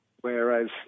Whereas